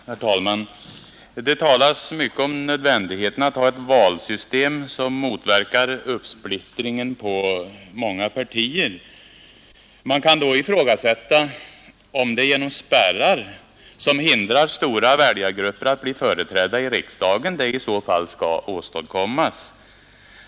Herr talman! Det talas mycket om nödvändigheten av att ha ett valsystem som motverkar uppsplittring på många partier. Man kan då ifrågasätta om det i så fall är genom spärrar, som hindrar stora väljargrupper att bli företrädda i riksdagen, detta skall åstadkommas.